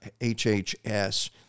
HHS